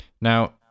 Now